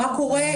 מה קורה?